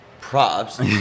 props